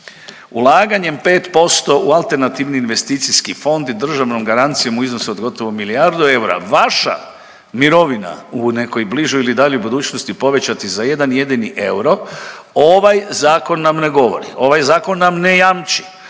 ulaganjem 5% u AIF državnom garancijom u iznosu od gotovo milijardu eura vaša mirovina u nekoj bližoj ili daljoj budućnosti povećati za jedan jedini euro ovaj zakon nam ne govori, ovaj zakon nam ne jamči,